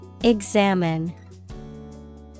Examine